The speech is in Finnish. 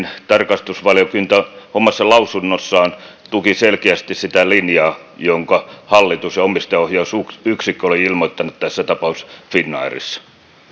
tarkastusvaliokunta omassa lausunnossaan tuki selkeästi sitä linjaa jonka hallitus ja omistajaohjausyksikkö olivat ilmoittaneet tässä tapaus finnairissa